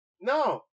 No